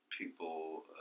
people